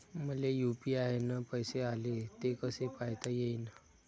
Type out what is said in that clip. मले यू.पी.आय न पैसे आले, ते कसे पायता येईन?